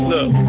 Look